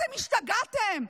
אתם השתגעתם.